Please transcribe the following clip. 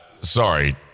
sorry